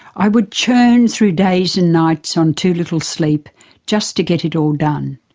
i would churn through days and nights on too little sleep just to get it all done.